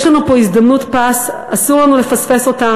יש לנו פה הזדמנות פז ואסור לנו לפספס אותה.